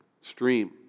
stream